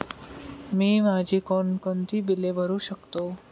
मी माझी कोणकोणती बिले भरू शकतो?